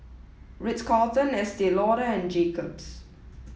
Ritz Carlton Estee Lauder and Jacob's